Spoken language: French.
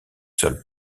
sols